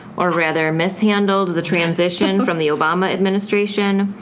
or rather mishandled, the transition from the obama administration.